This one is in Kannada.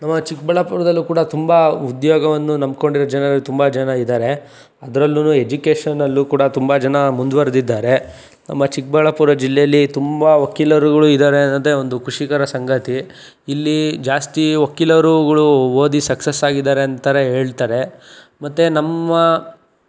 ನಮ್ಮ ಚಿಕ್ಕಬಳ್ಳಾಪುರದಲ್ಲೂ ಕೂಡ ತುಂಬ ಉದ್ಯೋಗವನ್ನು ನಂಬ್ಕೊಂಡಿರೊ ಜನರು ತುಂಬ ಜನ ಇದ್ದಾರೆ ಅದರಲ್ಲೂ ಎಜುಕೇಶನಲ್ಲೂ ಕೂಡ ತುಂಬ ಜನ ಮುಂದುವರೆದಿದ್ದಾರೆ ನಮ್ಮ ಚಿಕ್ಕಬಳ್ಳಾಪುರ ಜಿಲ್ಲೆಯಲ್ಲಿ ತುಂಬ ವಕೀಲರುಗಳು ಇದ್ದಾರೆ ಅನ್ನೋದೇ ಒಂದು ಖುಷಿಕರ ಸಂಗತಿ ಇಲ್ಲಿ ಜಾಸ್ತಿ ವಕೀಲರುಗಳು ಓದಿ ಸಕ್ಸಸ್ ಆಗಿದ್ದಾರೆ ಅಂತಾನೇ ಹೇಳ್ತಾರೆ ಮತ್ತು ನಮ್ಮ